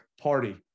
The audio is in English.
party